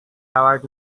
award